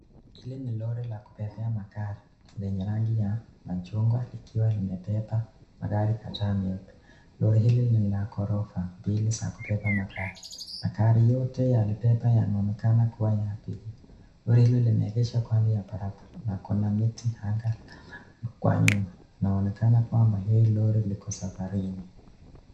Hile ni lori la kubebea magari lenye rangi ya machungwa likiwa limebeba magari kadha mingi .Lori hili ni la gorofa mbili za kubeba magari. Magari yote yamebebwa yanaonekana ni ya abiria. Lori limeegeshwa kando ya barabara na kuna miti kwa nyuma. Inaonekana kwamba hili lori liko safarini.